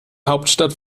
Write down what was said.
hauptstadt